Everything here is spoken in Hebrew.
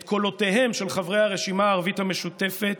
את קולותיהם של חברי הרשימה הערבית המשותפת,